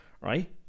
right